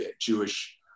Jewish